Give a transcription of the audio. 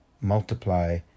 multiply